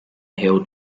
hill